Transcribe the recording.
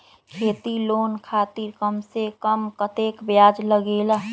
खेती लोन खातीर कम से कम कतेक ब्याज लगेला?